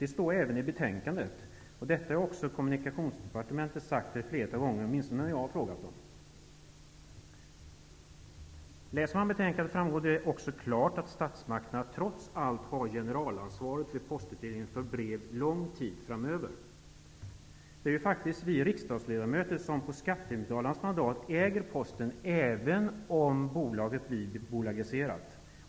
Det framhålls även i betänkandet och har uttalats ett flertal gånger från Kommunikationsdepartementet, åtminstone på frågor som jag har ställt. Läser man betänkandet finner man också att det är klart att statsmakterna trots allt har generalansvaret för postutdelning och för brev under lång tid framöver. Det är ju faktiskt vi riksdagsledamöter som på skattebetalarnas uppdrag äger Posten, även om Posten blir bolagiserad.